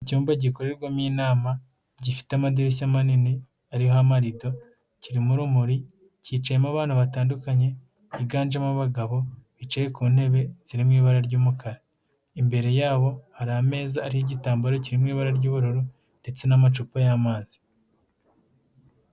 Icyumba gikorerwamo inama, gifite amadirishya manini, ariho amarido, kiririmo urumuri, cyicayemo abantu batandukanye, biganjemo abagabo, bicaye ku ntebe ziri mu ibara ry'umukara. Imbere yabo hari ameza ariho igitambaro kiri mu ibara ry'ubururu ndetse n'amacupa y'amazi.